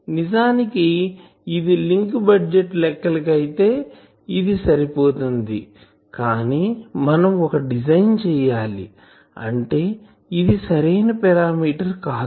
నిజానికి ఇదిలింక్ బడ్జెట్ లెక్కలకు అయితే ఇది సరిపోతుంది ఐతే సరిపోతుంది కానీ మనం ఒక డిజైన్ చేయాలి అంటే ఇది సరైన పారామీటర్ కాదు